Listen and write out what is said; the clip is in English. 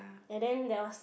and then there was